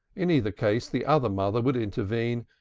in either case, the other mother would intervene,